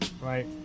right